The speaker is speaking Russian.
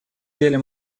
деле